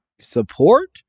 support